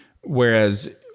Whereas